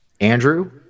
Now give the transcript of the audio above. Andrew